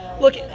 look